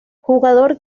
jugador